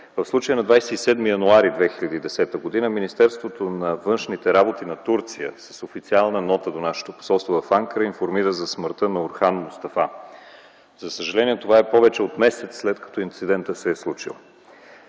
По случая на 27 януари 2010 г. Министерството на външните работи на Турция с официална нота до нашето посолство в Анкара информира за смъртта на Орхан Мустафа. За съжаление това е повече от месец след като инцидентът се е случил.